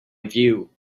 view